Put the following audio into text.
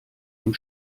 dem